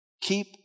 keep